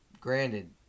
Granted